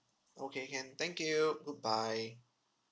okay can thank you goodbye